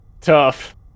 tough